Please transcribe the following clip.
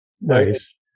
nice